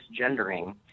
misgendering